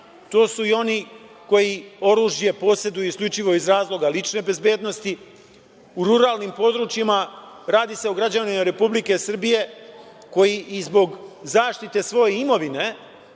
tu su i oni koji oružje poseduju isključivo iz razloga lične bezbednosti. U ruralnim područjima radi se o građanima Republike Srbije koji i zbog zaštite svoje imovine